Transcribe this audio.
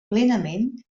plenament